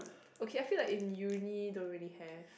okay I feel like in uni don't really have